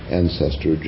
ancestor